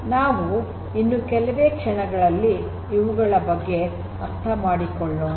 ನಾವು ಇನ್ನು ಕೆಲವೇ ಕ್ಷಣಗಳಲ್ಲಿ ಇವುಗಳ ಬಗ್ಗೆ ಅರ್ಥ ಮಾಡಿಕೊಳ್ಳೋಣ